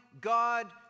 God